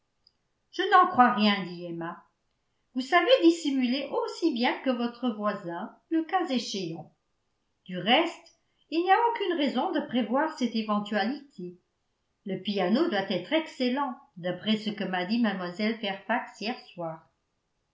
je n'en crois rien dit emma vous savez dissimuler aussi bien que votre voisin le cas échéant du reste il n'y a aucune raison de prévoir cette éventualité le piano doit être excellent d'après ce que m'a dit mlle fairfax hier soir